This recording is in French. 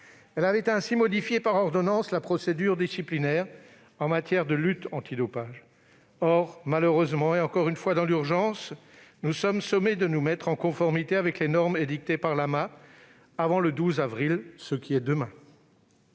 Elle avait ainsi modifié par ordonnance la procédure disciplinaire en vigueur en matière de lutte antidopage. Or, malheureusement et encore une fois dans l'urgence, nous sommes sommés de nous mettre en conformité avec les normes édictées par l'AMA avant le 12 avril, ce qui est demain